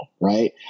right